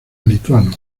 lituano